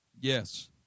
yes